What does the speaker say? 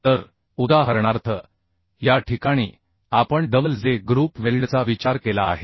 तर उदाहरणार्थ या ठिकाणी आपण डबल j ग्रुप वेल्डचा विचार केला आहे